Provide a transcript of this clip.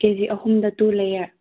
ꯀꯦ ꯖꯤ ꯑꯍꯨꯝꯗ ꯇꯨ ꯂꯌꯔ